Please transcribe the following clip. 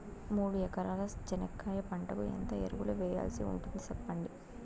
మూడు ఎకరాల చెనక్కాయ పంటకు ఎంత ఎరువులు వేయాల్సి ఉంటుంది సెప్పండి?